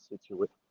situation